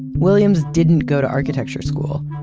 williams didn't go to architecture school.